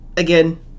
Again